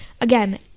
Again